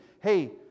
Hey